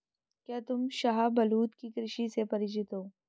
क्या तुम शाहबलूत की कृषि से परिचित हो?